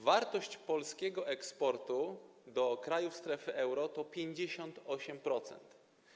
Wartość, wielkość polskiego eksportu do krajów strefy euro to 58%.